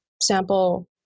sample